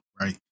right